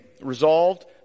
resolved